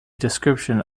description